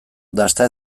dasta